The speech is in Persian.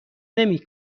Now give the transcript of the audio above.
نمی